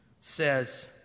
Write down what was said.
says